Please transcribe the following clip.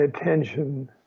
attention